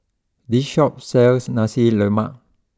this Shop sells Nasi Lemak